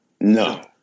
No